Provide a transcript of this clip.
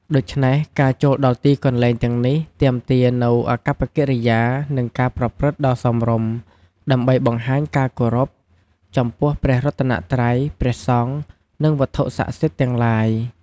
ដូច្នេះ ការចូលដល់ទីកន្លែងទាំងនេះទាមទារនូវអាកប្បកិរិយា និងការប្រព្រឹត្តដ៏សមរម្យ ដើម្បីបង្ហាញការគោរពចំពោះព្រះរតនត្រ័យ ព្រះសង្ឃ និងវត្ថុស័ក្តិសិទ្ធិទាំងឡាយ។